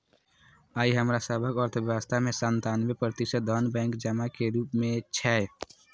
आइ हमरा सभक अर्थव्यवस्था मे सत्तानबे प्रतिशत धन बैंक जमा के रूप मे छै